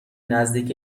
نزدیک